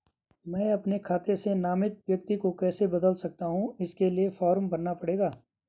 मैं अपने खाते से नामित व्यक्ति को कैसे बदल सकता हूँ इसके लिए फॉर्म भरना पड़ेगा?